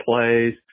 plays